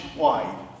wide